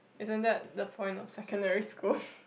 isn't that the point of secondary school